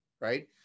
right